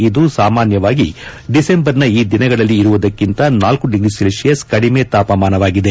ಇದು ಸಾಮಾನ್ಯವಾಗಿ ಡಿಸೆಂಬರ್ನ ಈ ದಿನಗಳಲ್ಲಿ ಇರುವುದಕ್ಕಿಂತ ನಾಲ್ಕು ಡಿಗ್ರಿ ಸೆಲ್ಸಿಯಸ್ ಕದಿಮೆ ತಾಪಮಾನವಾಗಿದೆ